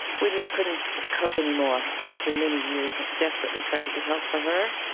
we just couldn't cope anymore after many years of desperately trying to get help for her.